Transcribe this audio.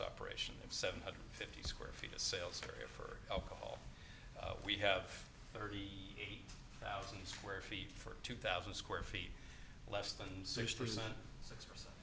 operation seven hundred fifty square feet of sales for alcohol we have thirty eight thousand square feet for two thousand square feet less than six percent